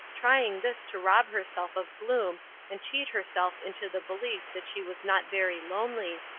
trying this to rob herself of gloom and cheat herself into the belief that she was not very lonely,